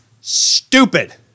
stupid